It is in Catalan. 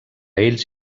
ells